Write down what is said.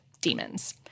demons